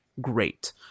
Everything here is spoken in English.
great